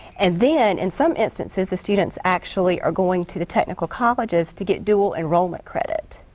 and then in some instances the students actually are going to the technical colleges to get dual enrollment credit.